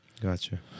Gotcha